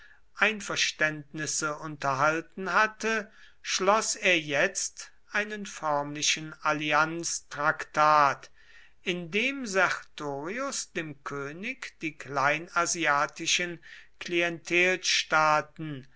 einverständnisse unterhalten hatte schloß er jetzt einen förmlichen allianztraktat in dem sertorius dem könig die kleinasiatischen